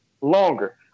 longer